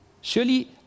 Surely